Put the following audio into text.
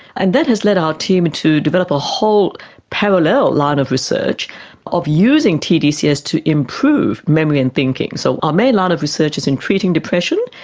and that has led our team to develop a whole parallel line of research of using tdcs to improve memory and thinking. so our main line of research is in treating depression,